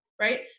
right